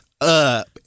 up